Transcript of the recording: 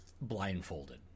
blindfolded